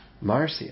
Marcia